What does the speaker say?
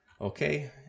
Okay